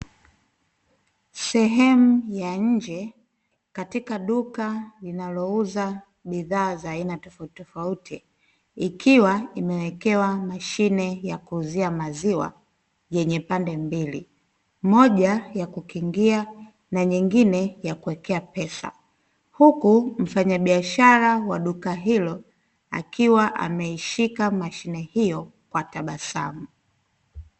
Sehemu ya nje, katika duka linalouza bidhaa za aina tofauti, ikiwa imewekewa mashine ya kuuzia maziwa yenye pande mbili, moja ya kukingia na nyingine ya kuwekea pesa, huku mfanyabiashara wa duka hilo akiwa ameishika mashine hiyo kwa tabasamu.